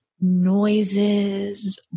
noises